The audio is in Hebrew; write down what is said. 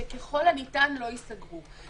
שככל הניתן לא ייסגרו.